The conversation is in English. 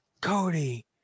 Cody